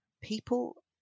people